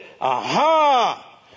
Aha